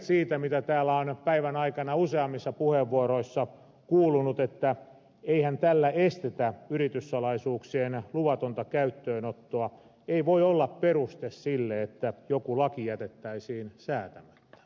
väitteet mitä täällä on päivän aikana useammissa puheenvuoroissa kuulunut että eihän tällä estetä yrityssalaisuuksien luvatonta käyttöönottoa eivät voi olla peruste sille että joku laki jätettäisiin säätämättä